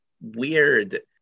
weird